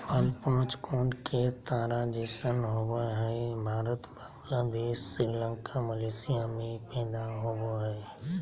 फल पांच कोण के तारा जैसन होवय हई भारत, बांग्लादेश, श्रीलंका, मलेशिया में पैदा होवई हई